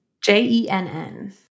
J-E-N-N